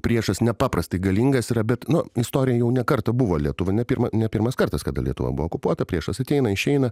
priešas nepaprastai galingas yra bet nu istorija jau ne kartą buvo lietuva ne pirma ne pirmas kartas kada lietuva buvo okupuota priešas ateina išeina